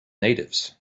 natives